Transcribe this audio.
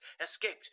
escaped